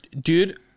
Dude